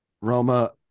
Roma